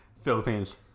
Philippines